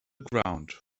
ground